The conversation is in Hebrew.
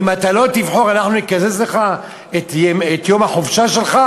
ואם לא תבחר נקזז לך את יום החופשה שלך?